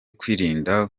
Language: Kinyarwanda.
kwirinda